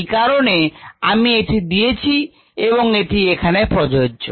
এই কারণে আমি এটি দিয়েছি এবং এটি এখানে প্রযোজ্য